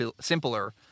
simpler